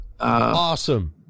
Awesome